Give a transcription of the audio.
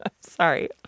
Sorry